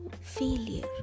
failure